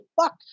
fuck